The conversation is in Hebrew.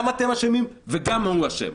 גם אתם אשמים וגם הוא אשם.